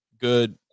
good